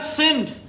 sinned